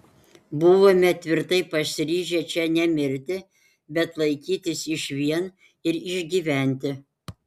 buvome tvirtai pasiryžę čia nemirti bet laikytis išvien ir išgyventi